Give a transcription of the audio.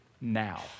now